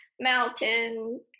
mountains